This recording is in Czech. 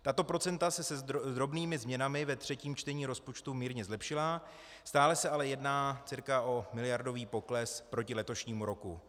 Tato procenta se s drobnými změnami ve třetím čtení rozpočtu mírně zlepšila, stále se ale jedná cca o miliardový pokles proti letošnímu roku.